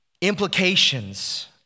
Implications